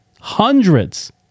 Hundreds